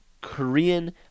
Korean